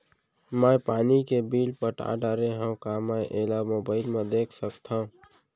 मैं पानी के बिल पटा डारे हव का मैं एला मोबाइल म देख सकथव?